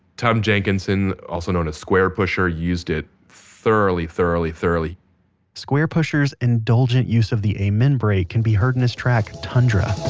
tom jenkinson, also known as squarepusher, used it thoroughly, thoroughly, thoroughly squarepusher's indulgent use of the amen break can be heard in his track tundra.